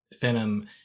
Venom